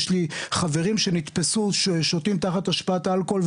יש לי חברים שנתפסו נוהגים תחת השפעת אלכוהול,